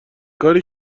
کاری